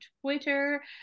Twitter